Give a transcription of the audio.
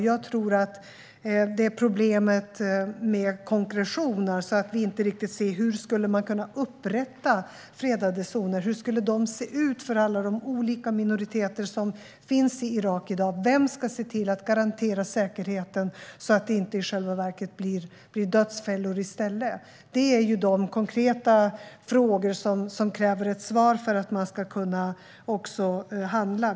Jag tror att problemet är konkretionen - att vi inte riktigt ser hur man skulle kunna upprätta fredade zoner och hur de skulle se ut för alla de olika minoriteter som finns i Irak i dag. Vem ska se till att garantera säkerheten så att zonerna inte i själva verket blir dödsfällor i stället? Det är de konkreta frågor som kräver ett svar för att man ska kunna handla.